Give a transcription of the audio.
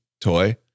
toy